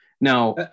Now-